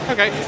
Okay